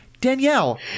Danielle